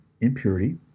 impurity